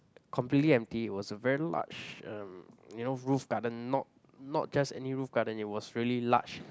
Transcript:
completely empty it was a very large um you know roof garden not not just any roof garden it was really large